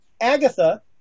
Agatha